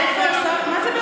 אבל מה זה אומר?